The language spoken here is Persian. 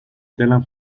دلم